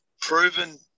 proven